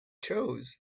chose